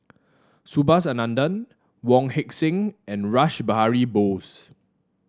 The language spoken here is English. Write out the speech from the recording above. Subhas Anandan Wong Heck Sing and Rash Behari Bose